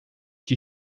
que